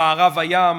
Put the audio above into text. במערב הים,